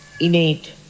innate